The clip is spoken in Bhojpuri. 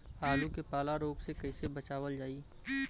आलू के पाला रोग से कईसे बचावल जाई?